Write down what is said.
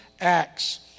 acts